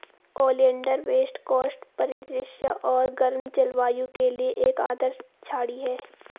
oleander west coast परिदृश्य और गर्म जलवायु के लिए एक आदर्श झाड़ी है